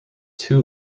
too